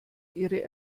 ihre